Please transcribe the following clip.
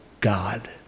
God